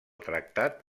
tractat